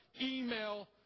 email